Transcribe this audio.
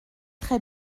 très